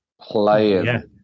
playing